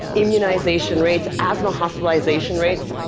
immunization rates, asthma hospitalization rates,